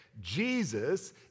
Jesus